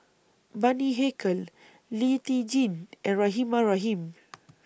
Bani Haykal Lee Tjin and Rahimah Rahim